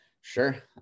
Sure